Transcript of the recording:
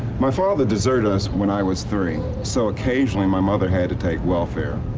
my father deserted us when i was three, so occasionally my mother had to take welfare.